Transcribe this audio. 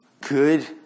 good